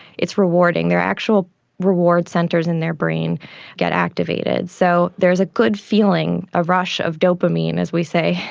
it's rewarding. their actual reward centres in their brain get activated. so there's a good feeling, a rush of dopamine, as we say,